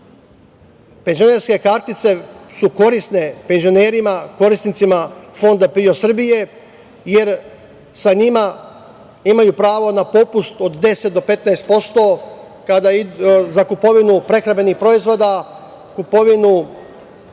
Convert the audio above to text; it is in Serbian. Penzionerske kartice su korisne penzionerima korisnicima Fonda PIO Srbije jer sa njima imaju pravo na popust od 10 do 15% za kupovinu prehrambenih proizvoda, kupovinu